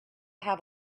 have